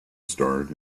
starred